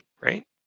right